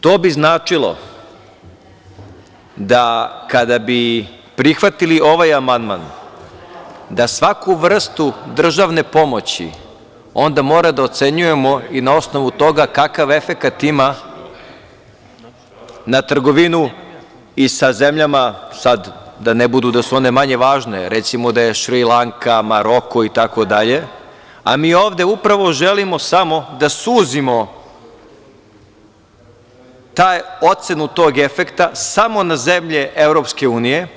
To bi značilo, kada bi prihvatili ovaj amandman, da svaku vrstu državne pomoći onda moramo da ocenjujemo i na osnovu toga kakav efekat ima na trgovinu i sa zemljama, sad da ne bude da su one manje važne, recimo da je Šri Lanka, Maroko itd, a mi ovde upravo želimo samo da suzimo ocenu tog efekta samo na zemlje EU.